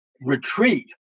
retreat